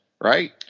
right